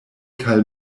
kaj